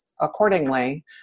accordingly